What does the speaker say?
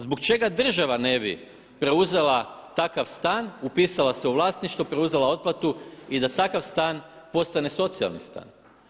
Zbog čega država ne bi preuzela takav stan, upisala se u vlasništvo, preuzela otplatu i da takav stan postane socijalni stan?